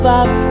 up